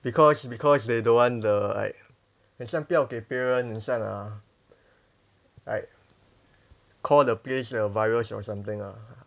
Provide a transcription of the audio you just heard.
because because they don't want the like 很像不要给别人等下拿 like call the place the virus or something ah